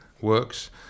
works